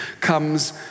comes